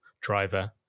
driver